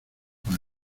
con